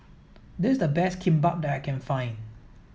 this is the best Kimbap that I can find